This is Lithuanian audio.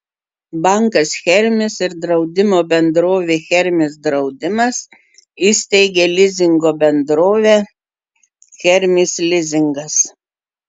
bankas hermis ir draudimo bendrovė hermis draudimas įsteigė lizingo bendrovę hermis lizingas